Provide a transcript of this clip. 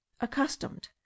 accustomed